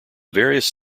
various